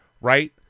right